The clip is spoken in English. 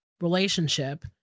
relationship